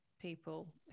people